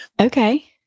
Okay